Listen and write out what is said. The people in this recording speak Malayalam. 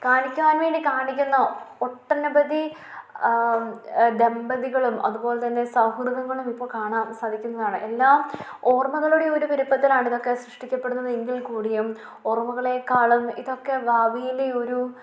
കാണിക്കാൻ വേണ്ടി കാണിക്കുന്ന ഒട്ടനവധി ദമ്പതികളും അതുപോലെതന്നെ സൗഹൃദങ്ങളും ഇപ്പോൾ കാണാൻ സാധിക്കുന്നതാണ് എല്ലാം ഓർമ്മകളുടെ ഒരു വലുപ്പത്തിലാണ് ഇതൊക്കെ സൃഷ്ടിക്കപ്പെടുന്നത് എങ്കിൽക്കൂടിയും ഓർമ്മകളെക്കാളും ഇതൊക്കെ ഭാവിയിലെ ഒരു